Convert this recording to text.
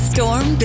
Storm